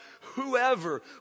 whoever